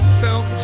self